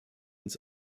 uns